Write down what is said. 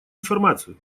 информацию